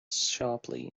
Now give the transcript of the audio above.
sharply